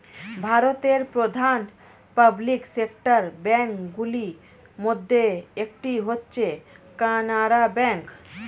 ভারতের প্রধান public sector bank গুলির মধ্যে একটি হচ্ছে কানারা ব্যাঙ্ক